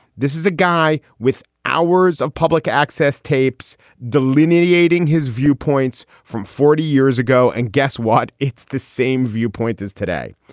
this is a guy with hours of public access tapes delineating his viewpoints from forty years ago. and guess what? it's the same viewpoint as today.